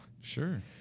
Sure